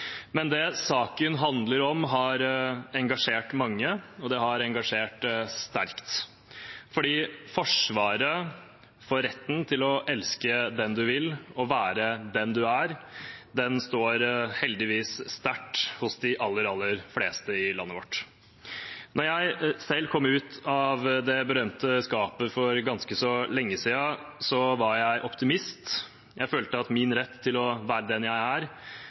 Men det saken handler om, har engasjert mange, og det har engasjert sterkt, for forsvaret av retten til å elske den man vil og være den man er, står heldigvis sterkt hos de aller, aller fleste i landet vårt. Da jeg selv kom ut av det berømte skapet for ganske så lenge siden, var jeg optimist. Jeg følte at min rett til å være den jeg er,